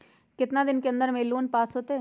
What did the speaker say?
कितना दिन के अन्दर में लोन पास होत?